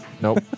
Nope